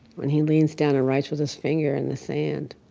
when he leans down and writes with his finger in the sand,